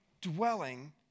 dwelling